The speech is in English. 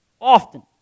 often